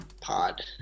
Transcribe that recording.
pod